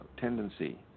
tendency